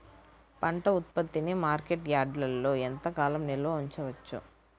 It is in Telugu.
పంట ఉత్పత్తిని మార్కెట్ యార్డ్లలో ఎంతకాలం నిల్వ ఉంచవచ్చు?